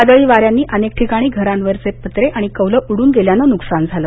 वादळी वाऱ्यांनी अनेक ठिकाणी घरांवरचे पत्रे आणि कौलं उडून गेल्यानं नुकसान झालं